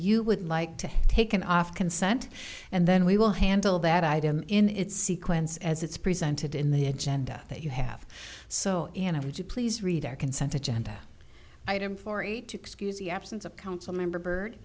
you would like to have taken off consent and then we will handle that item in its sequence as it's presented in the agenda that you have so in i would you please read our consent agenda item four eight excuse the absence of council member